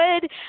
good